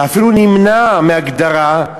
ואפילו נמנע מהגדרה,